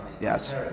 Yes